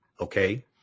Okay